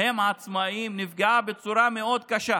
הם עצמאים, נפגעה בצורה מאוד קשה